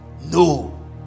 no